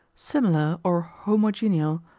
similar, or homogeneal,